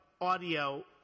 audio